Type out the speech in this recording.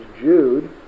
Jude